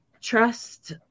Trust